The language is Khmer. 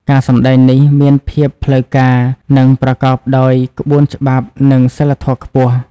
ការសម្តែងនេះមានភាពផ្លូវការ និងប្រកបដោយក្បួនច្បាប់និងសីលធម៌ខ្ពស់។